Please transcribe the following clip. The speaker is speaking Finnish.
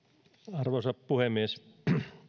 arvoisa puhemies